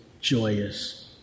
joyous